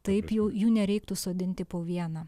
taip jų jų nereiktų sodinti po vieną